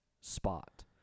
spot